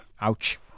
Ouch